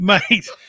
Mate